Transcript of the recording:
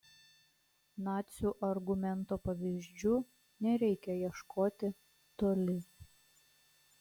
nacių argumento pavyzdžių nereikia ieškoti toli